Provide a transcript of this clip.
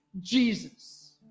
Jesus